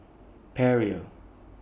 Perrier